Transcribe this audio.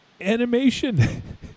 animation